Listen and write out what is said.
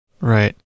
right